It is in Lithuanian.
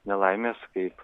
nelaimės kaip